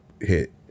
hit